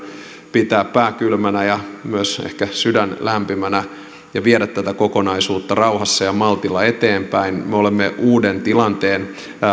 pitää pää kylmänä ja ehkä myös sydän lämpimänä ja viedä tätä kokonaisuutta rauhassa ja maltilla eteenpäin me olemme uuden tilanteen